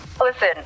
Listen